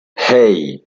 hey